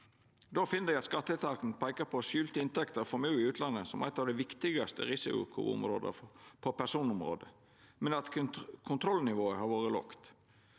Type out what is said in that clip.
Då finn dei at skatteetaten peikar på skjulte inntekter og formue i utlandet som eit av dei viktigaste risikoområda på personområdet, men at kontrollnivået har vore lågt.